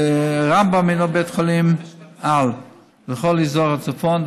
רמב"ם הוא בית חולים-על לכל אזור הצפון,